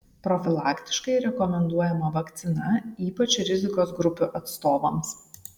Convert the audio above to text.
profilaktiškai rekomenduojama vakcina ypač rizikos grupių atstovams